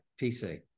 pc